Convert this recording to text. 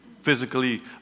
physically